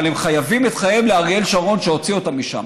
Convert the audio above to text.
אבל הם חייבים את חייהם לאריאל שרון שהוציא אותם משם.